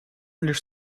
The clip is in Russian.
лишь